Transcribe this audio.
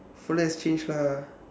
fella has changed lah